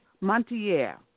Montier